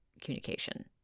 communication